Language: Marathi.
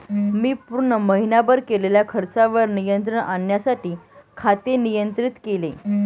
मी पूर्ण महीनाभर केलेल्या खर्चावर नियंत्रण आणण्यासाठी खाते नियंत्रित केले